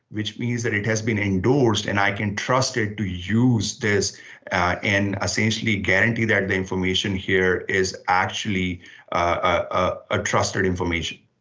which means that it has been endorsed and i can trust it to use this and essentially guarantee that the information here is actually a trusted information.